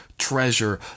treasure